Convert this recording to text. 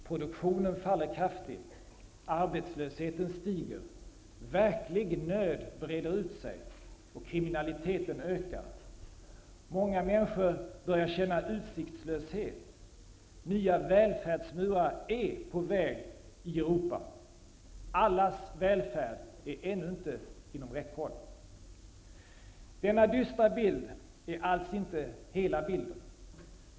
Produktionen faller kraftigt. Arbetslösheten stiger. Verklig nöd breder ut sig och kriminaliteten ökar. Många människor börjar känna utsiktslöshet. Nya välfärdsmurar är på väg i Europa. Allas välfärd är ännu inte inom räckhåll. Denna dystra bild är alls inte hela bilden.